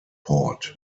port